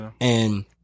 And-